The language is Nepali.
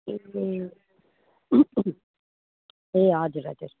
ए ए हजुर हजुर